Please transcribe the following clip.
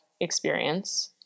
experience